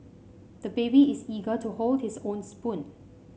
the baby is eager to hold his own spoon